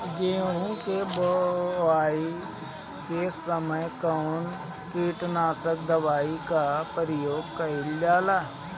गेहूं के बोआई के समय कवन किटनाशक दवाई का प्रयोग कइल जा ला?